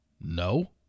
No